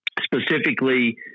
specifically